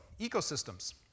ecosystems